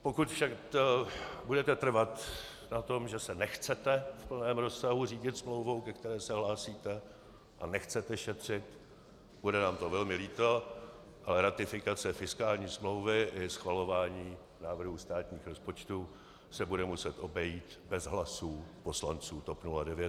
Pokud však budete trvat na tom, že se nechcete v plném rozsahu řídit smlouvou, ke které se hlásíte, a nechcete šetřit, bude nám to velmi líto, ale ratifikace fiskální smlouvy i schvalování návrhu státních rozpočtů se bude muset obejít bez hlasů poslanců TOP 09.